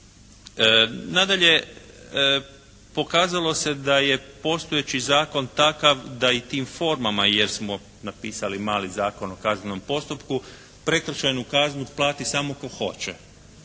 Nadalje, pokazalo se da je postojeći zakon takav da i tim formama jer smo napisali mali Zakon o kaznenom postupku, prekršajnu kaznu plati samo tko hoće,